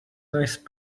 nice